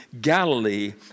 Galilee